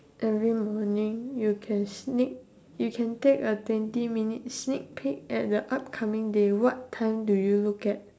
every morning you can sneak you can take a twenty minute sneak peek at the upcoming day what time do you look at